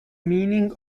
meaning